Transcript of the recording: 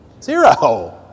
Zero